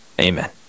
Amen